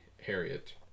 Harriet